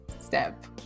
step